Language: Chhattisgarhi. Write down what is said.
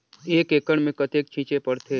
एक एकड़ मे कतेक छीचे पड़थे?